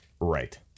Right